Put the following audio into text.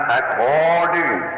according